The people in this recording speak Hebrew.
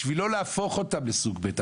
בשביל לא להפוך אותה לסוג ב'.